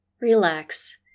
relax